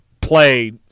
play